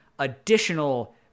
additional